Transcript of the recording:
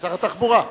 שר התחבורה,